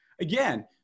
again